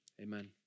amen